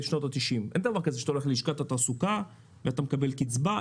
אין דבר כזה שאתה הולך ללשכת התעסוקה ומקבל קצבה.